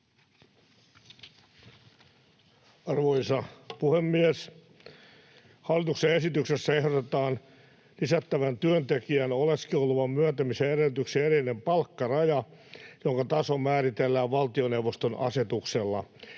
Arvoisa puhemies! Hallituksen esityksessä ehdotetaan lisättävän työntekijän oleskeluluvan myöntämisen edellytyksiin erillinen palkkaraja, jonka taso määritellään valtioneuvoston asetuksella.